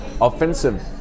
offensive